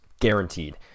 guaranteed